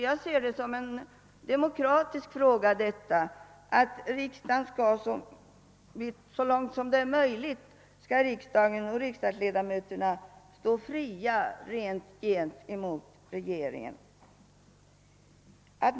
Jag anser att riksdagsledamöterna så långt som möjligt bör stå fria gentemot regeringen.